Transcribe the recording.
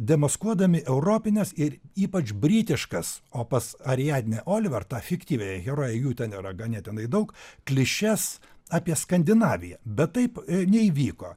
demaskuodami europines ir ypač britiškas o pas ariadnę oliver tą fiktyviąją heroją jų ten yra ganėtinai daug klišes apie skandinaviją bet taip neįvyko